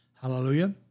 Hallelujah